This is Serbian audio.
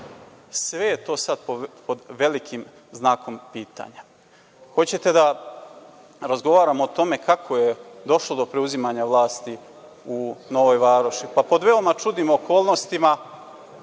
Sve je to sada pod velikim znakom pitanja. Hoćete da razgovaramo o tome kako je došlo do preuzimanja vlasti u Novoj Varoši? Pod veoma čudnim okolnostima,